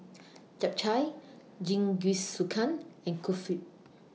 Japchae Jingisukan and Kulfi